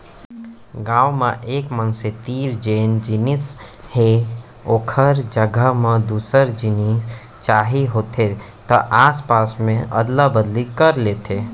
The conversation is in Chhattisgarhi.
गाँव म एक मनसे तीर जेन जिनिस हे ओखर जघा म दूसर जिनिस चाही होथे त आपस मे अदला बदली कर लेथे